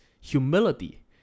humility